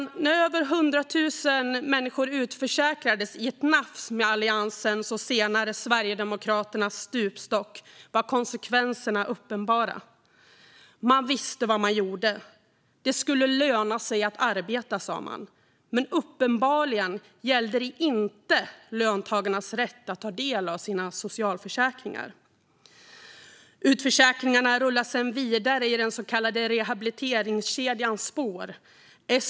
När över hundra tusen människor utförsäkrades i ett nafs med Alliansens, och senare Sverigedemokraternas, stupstock var konsekvenserna uppenbara. Man visste vad man gjorde. Det skulle löna sig att arbeta, sa man. Men uppenbarligen gällde det inte löntagarnas rätt att ta del av sina socialförsäkringar. Utförsäkringarna rullade sedan vidare i den så kallade rehabiliteringskedjans spår.